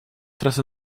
tras